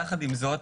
יחד עם זאת,